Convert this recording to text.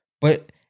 But-